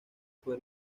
fue